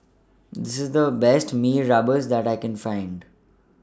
IS The Best Mee Rebus that I Can Find